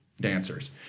dancers